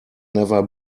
never